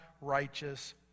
righteous